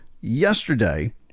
yesterday